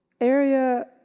area